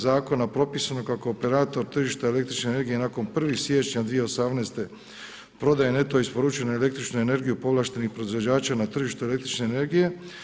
Zakona propisano kako operator tržišta električne energije nakon 1. siječnja 2018. prodaje neto isporučenu električnu energiju povlaštenih proizvođača na tržištu električne energije.